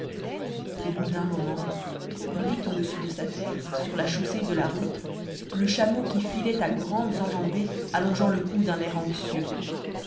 au bout d'un moment il vit au-dessus de sa tête sur la chaussée de la route le chameau qui filait à grandes enjambées allongeant le cou d'un air anxieux